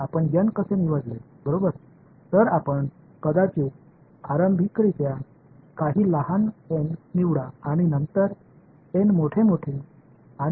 ஆனால் நீங்கள் எப்படி தேர்வு செய்தீர்கள் என்று நான் உங்களிடம் கேட்ட முதல் கேள்விக்கு வருவோம்